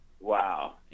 Wow